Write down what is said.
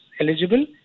eligible